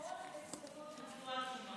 כל עשר הדקות,